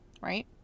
right